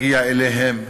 תגיע אליהם.